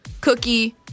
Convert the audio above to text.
cookie